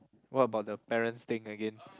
what about the parents thing again